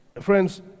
Friends